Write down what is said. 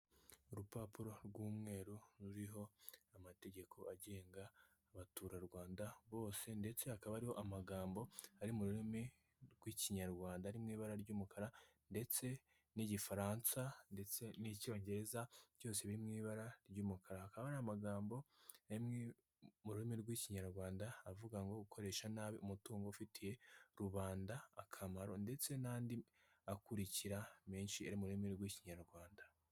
Urupapuro rw'umweru ruriho amategeko agenga abatura Rwanda bose ndetse hakaba hariho amagambo ari mu rurimi rw'ikinyarwanda ari mui ibara ry'umukara ndetse n'igifaransa ndetse n'icyongereza byose biri mu ibara ry'umukara akaba ari amagambo amwe mu rurimi rw'ikinyarwanda avuga gukoresha nabi umutungo ufitiye rubanda akamaro ndetse n'andi akurikira menshi ari mu rurimi rw'ikinyarwanda.